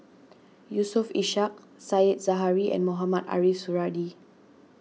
Yusof Ishak Said Zahari and Mohamed Ariff Suradi